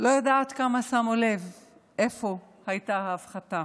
לא יודעת כמה שמו לב איפה הייתה ההפחתה,